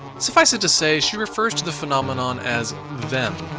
suffice it to say, she refers to the phenomenon as them.